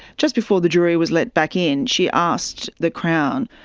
just before the jury was let back in she asked the crown,